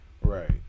right